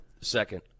second